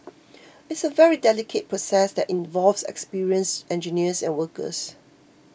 it's a very delicate process that involves experienced engineers and workers